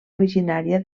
originària